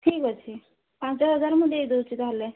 ଠିକ୍ ଅଛି ପାଞ୍ଚ ହଜାର ମୁଁ ଦେଇ ଦେଉଛି ତାହେଲେ